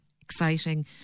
exciting